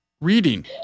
reading